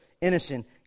innocent